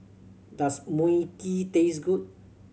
does Mui Kee taste good